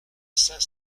cinq